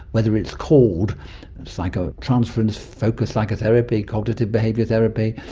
whether it's called psychotransference, focused psychotherapy, cognitive behavioural therapy,